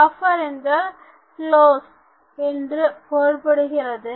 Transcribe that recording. laughter என்றால் close என்று பொருள்படுகிறது